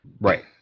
Right